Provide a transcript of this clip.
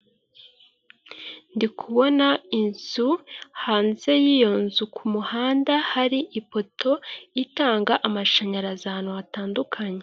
Ndi kubona inzu hanze y'iyo nzu kumuhanda hari ipoto itanga amashanyarazi ahantu hatandukanye.